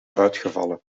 uitgevallen